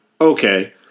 okay